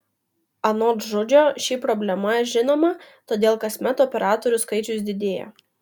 anot žudžio ši problema žinoma todėl kasmet operatorių skaičius didėja